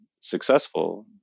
successful